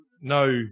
no